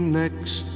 next